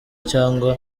cyangwa